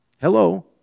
Hello